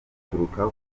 bituruka